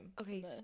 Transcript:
Okay